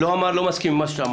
אני לא מסכים עם מה שאמרת,